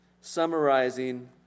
summarizing